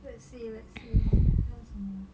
let's see let's see 还有什么